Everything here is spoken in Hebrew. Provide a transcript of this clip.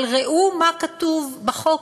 אבל ראו מה כתוב בחוק